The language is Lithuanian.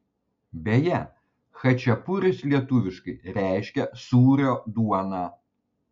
beje chačiapuris lietuviškai reiškia sūrio duoną